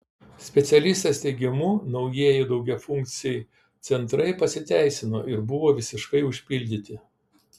specialistės teigimu naujieji daugiafunkciai centrai pasiteisino ir buvo visiškai užpildyti